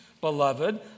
beloved